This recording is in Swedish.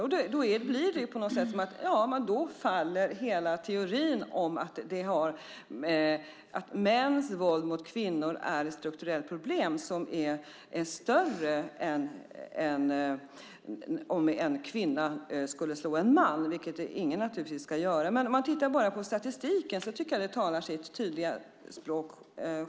Då blir det som att hela teorin faller, hela teorin om att mäns våld mot kvinnor är ett strukturellt problem som är större än om en kvinna skulle slå en man. Jag tycker att statistiken talar sitt tydliga språk.